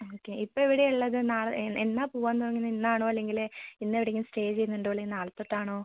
okay ഇപ്പോൾ എവിടെയാണ് ഉള്ളത് നാളെ എന്നാൽ പോവാൻ തോന്നണേ ഇന്ന് ആണോ അല്ലെങ്കിൽ ഇന്ന് എവിടെ എങ്കിലും സ്റ്റേ ചെയ്യുന്നുണ്ടോ അല്ലേ നാളെ തൊട്ട് ആണോ